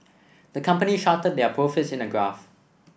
the company charted their profits in a graph